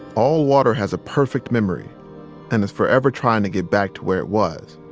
all water has a perfect memory and is forever trying to get back to where it was.